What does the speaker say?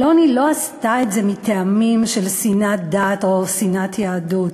אלוני לא עשתה את זה מטעמים של שנאת דת או שנאת יהדות.